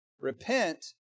Repent